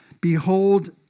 Behold